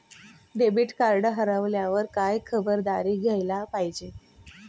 Debit card हरवल्यावर काय खबरदारी घ्यायला पाहिजे?